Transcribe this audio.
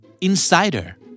Insider